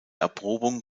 erprobung